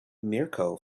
mirco